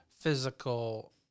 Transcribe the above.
physical